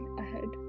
ahead